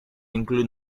include